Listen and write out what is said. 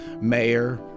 Mayor